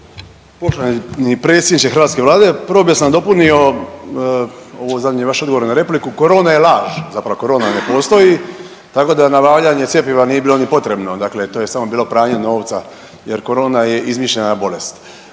Poštovani predsjedniče hrvatske Vlade. Prvo bih vas nadopunio ovo zadnje vaše odgovor na repliku, korona je laž zapravo korona ne postoji tako da nabavljanje cjepiva nije bilo ni potrebno, dakle to je samo bilo pranje novca jer korona je izmišljena bolest.